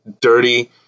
dirty